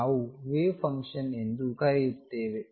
ನಾವು wave function ಎಂದು ಕರೆಯುತ್ತೇವೆ